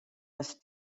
was